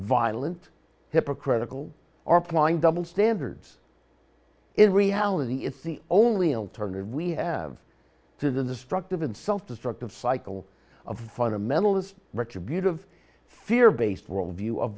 violent hypocritical are applying double standards in reality it's the only alternative we have to the destructive and self destructive cycle of the fundamentalist rich abusive fear based world view of